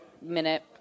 minute